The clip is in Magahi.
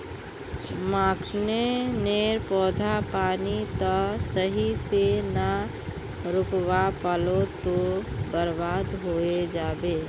मखाने नेर पौधा पानी त सही से ना रोपवा पलो ते बर्बाद होय जाबे